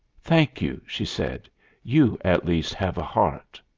thank you, she said you, at least, have a heart.